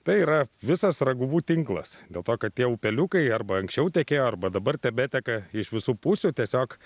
tai yra visas raguvų tinklas dėl to kad tie upeliukai arba anksčiau tekėjo arba dabar tebeteka iš visų pusių tiesiog